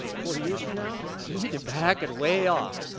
forty years from now, you need to back and way off.